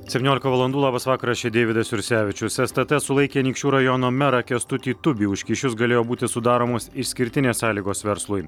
septyniolika valandų labas vakaras čia deividas jursevičius stt sulaikė anykščių rajono merą kęstutį tubį už kyšius galėjo būti sudaromos išskirtinės sąlygos verslui